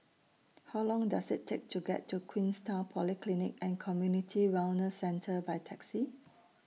How Long Does IT Take to get to Queenstown Polyclinic and Community Wellness Centre By Taxi